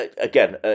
again